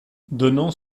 donnant